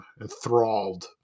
enthralled